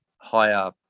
higher